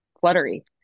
fluttery